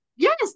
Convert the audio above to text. Yes